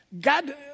God